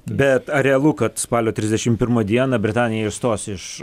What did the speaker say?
bet ar realu kad spalio trisdešim pirmą dieną britanija išstos iš